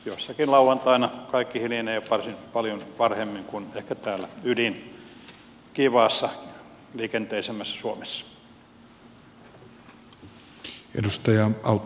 jossakin lauantaina kaikki hiljenee jo varsin paljon varhemmin kuin ehkä täällä kiivaassa liikenteisemmässä ydin suomessa